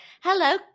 hello